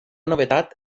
novetat